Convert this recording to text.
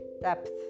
depth